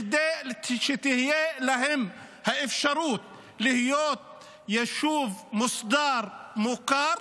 כדי שתהיה להם האפשרות להיות יישוב מוסדר, מוכר,